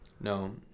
No